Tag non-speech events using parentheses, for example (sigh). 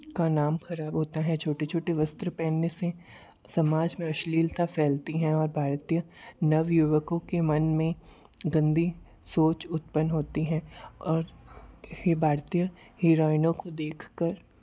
का नाम खराब होता है छोटे छोटे वस्त्र पहनने से समाज में अश्लीलता फैलती हैं और भारतीय नवयुवकों के मन में गंदी सोच उत्पन्न होती है और (unintelligible) भारतीय हीरोइनों को देखकर